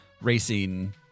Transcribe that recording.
racing